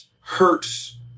hurts